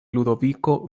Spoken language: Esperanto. ludoviko